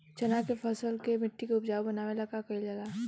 चन्ना के फसल में मिट्टी के उपजाऊ बनावे ला का कइल जाला?